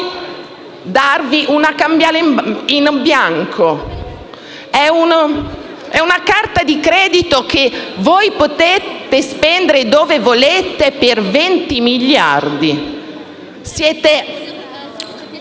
darvi una cambiale in bianco, una carta di credito che potete spendere dove volete per 20 miliardi di